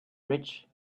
rich